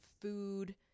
food